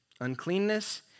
uncleanness